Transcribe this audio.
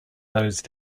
those